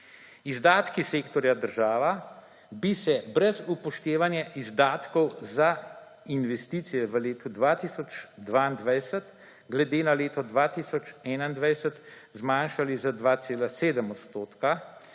Izdatki sektorja država bi se brez upoštevanja izdatkov za investicije v letu 2022 glede na leto 2021 zmanjšali za 2,7 odstotka,